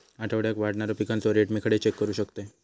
आठवड्याक वाढणारो पिकांचो रेट मी खडे चेक करू शकतय?